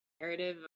narrative